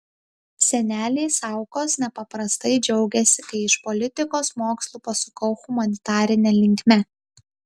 seneliai saukos nepaprastai džiaugėsi kai iš politikos mokslų pasukau humanitarine linkme